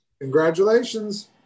Congratulations